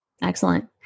Excellent